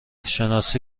شناسی